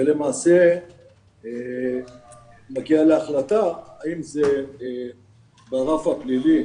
ולמעשה מגיעים להחלטה האם זה ברף הפלילי,